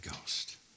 Ghost